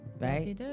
right